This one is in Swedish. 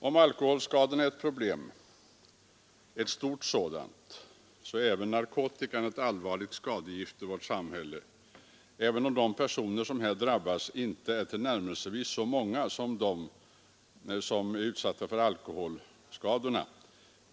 Om alkoholskadorna är ett problem — ett stort sådant — så är även narkotikan ett allvarligt skadegift i vårt samhälle, även om de personer som här drabbas inte är tillnärmelsevis så många som de som är utsatta för alkoholskador.